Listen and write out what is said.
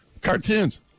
Cartoons